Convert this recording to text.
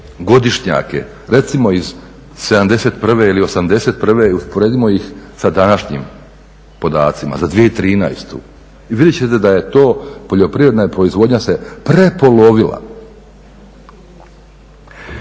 godišnjake, recimo iz 71. ili 81. i usporedimo ih sa današnjim podacima za 2013. i vidite ćete da je to, poljoprivredna proizvodnja se prepolovila.